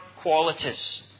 qualities